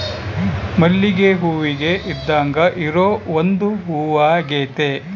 ಮಲ್ಲಿಗೆ ಹೂವಿಗೆ ಇದ್ದಾಂಗ ಇರೊ ಒಂದು ಹೂವಾಗೆತೆ